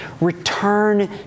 Return